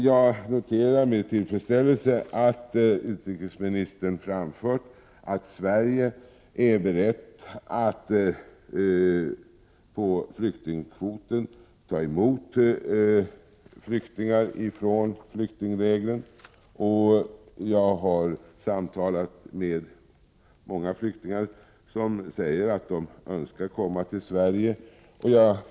Jag noterar med tillfredsställelse att utrikesministern förklarar att Sverige 62 är berett att inom flyktingkvoten ta emot flyktingar ifrån flyktinglägren. Jag har samtalat med många flyktingar som säger att de önskar komma till Prot. 1988/89:83 Sverige.